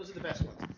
the best ones.